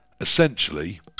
Essentially